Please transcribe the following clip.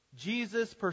Jesus